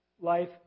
life